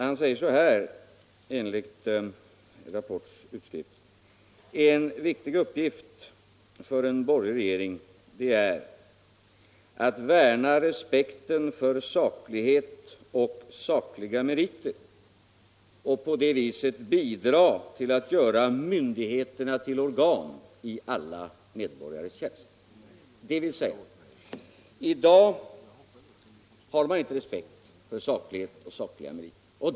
Han säger så här, enligt Rapports utskrift: ”En viktig uppgift för en borgerlig regering det är att värna respekten för saklighet och sakliga meriter och på det viset bidra till att göra myndigheterna till organ i alla medborgares tjänst.” I dag har man således inte respekt för saklighet och sakliga meriter.